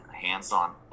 hands-on